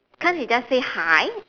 can't he just say hi